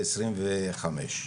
ב-2025.